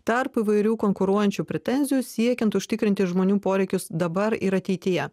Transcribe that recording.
tarp įvairių konkuruojančių pretenzijų siekiant užtikrinti žmonių poreikius dabar ir ateityje